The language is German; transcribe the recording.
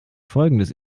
folgendes